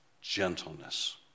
gentleness